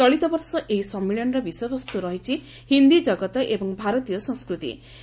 ଚଳିତବର୍ଷ ଏହି ସମ୍ମିଳନୀର ବିଷୟବସ୍ତୁ ରହିଛି ' ହିନ୍ଦୀ ଜଗତ ଏବଂ ଭାରତୀୟ ସଂସ୍କୃତି'